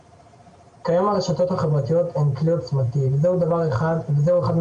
כיום הרשתות החברתיות הן כלי עוצמתי וזהו אחד מהגורמים